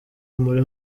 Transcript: muri